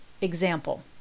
Example